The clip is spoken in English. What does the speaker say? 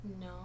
No